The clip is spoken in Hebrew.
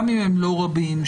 גם אם לא רבים,